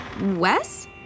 Wes